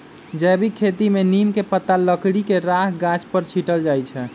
जैविक खेती में नीम के पत्ता, लकड़ी के राख गाछ पर छिट्ल जाइ छै